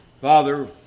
father